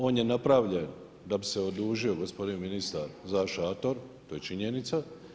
On je napravljen da bi se odužio gospodin ministar za šator, to je činjenica.